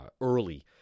early